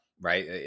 right